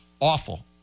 Awful